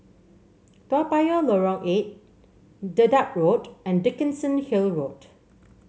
Toa Payoh Lorong Eight Dedap Road and Dickenson Hill Road